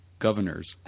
governors